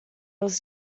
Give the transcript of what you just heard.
was